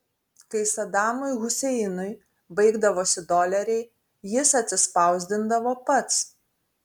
kai sadamui huseinui baigdavosi doleriai jis atsispausdindavo pats